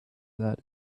that